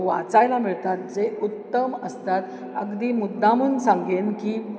वाचायला मिळतात जे उत्तम असतात अगदी मुद्दामून सांगेन की